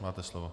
Máte slovo.